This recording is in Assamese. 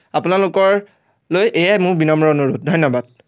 আপোনালোকৰ লৈ এইয়াই মোৰ বিনম্ৰ অনুৰোধ ধন্য়বাদ